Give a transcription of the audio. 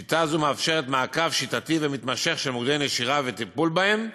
שיטה זו מאפשרת מעקב שיטתי ומתמשך אחר מוקדי נשירה וטיפול בהם.